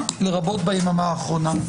לרבות ביממה האחרונה.